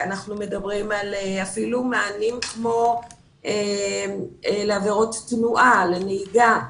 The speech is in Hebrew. אנחנו מדברים על מענים כמו עבירות תנועה בנהיגה.